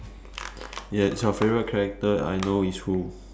ya is your favourite character I know is who